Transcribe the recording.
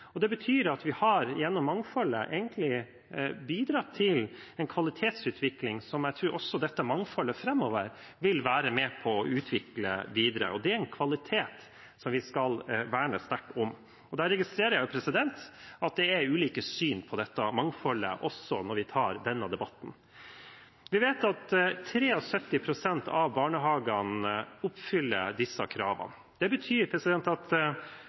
Det betyr at vi gjennom mangfoldet egentlig har bidratt til en kvalitetsutvikling som jeg tror også dette mangfoldet framover vil være med på å utvikle videre, og det er en kvalitet vi skal verne sterkt om. Jeg registrerer at det er ulike syn på dette mangfoldet også når vi tar denne debatten. Vi vet at 73 pst. av barnehagene oppfyller disse kravene. Det betyr at